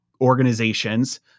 organizations